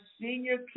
senior